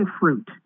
fruit